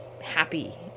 happy